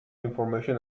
information